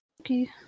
Okay